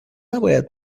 نباید